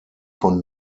von